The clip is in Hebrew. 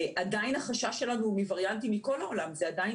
זה עדיין נכון, החשש שלנו מווריאנטים מכל העולם.